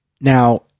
Now